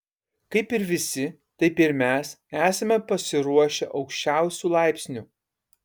kaip ir visi taip ir mes esame pasiruošę aukščiausiu laipsniu